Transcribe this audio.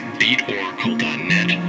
beatoracle.net